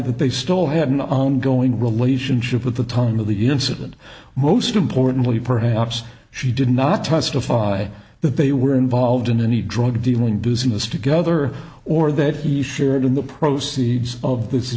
that they stole had an ongoing relationship at the time of the incident most importantly perhaps she did not testify that they were involved in any drug dealing business together or that he shared in the proceeds of this